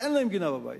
שאין להם גינה בבית,